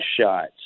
shots